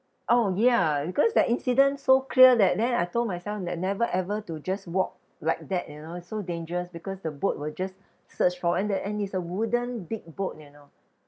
orh ya because that incident so clear that then I told myself that never ever to just walk like that you know it's so dangerous because the boat will just surge forward and the and is a wooden big boat you know